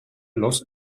los